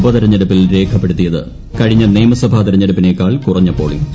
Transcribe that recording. ഉപതെരഞ്ഞെടുപ്പിൽ രേഖപ്പെടുത്തിയത് കഴിഞ്ഞ നിയമസഭാ തെരഞ്ഞെടുപ്പിനേക്കാൾ കുറഞ്ഞ പോളിംഗ്